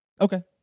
Okay